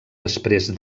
després